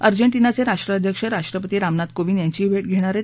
अर्जेटीनाचे राष्ट्राध्यक्ष राष्ट्रपती रामनाथ कोविंद यांचीही भेट घेणार आहेत